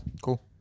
Cool